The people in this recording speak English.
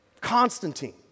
Constantine